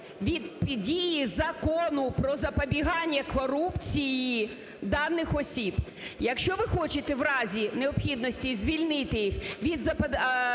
від дії Закону "Про запобігання корупції" даних осіб. Якщо ви хочете в разі необхідності звільнити їх від заповнення